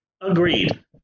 Agreed